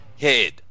head